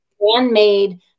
man-made